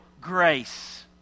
grace